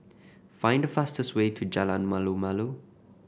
find the fastest way to Jalan Malu Malu